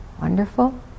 Wonderful